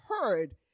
heard